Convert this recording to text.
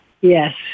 Yes